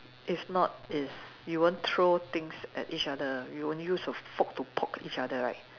if not is you won't throw things at each other you won't use a fork to poke each other right